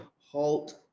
halt